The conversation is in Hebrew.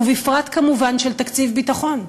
ובפרט כמובן של תקציב ביטחון?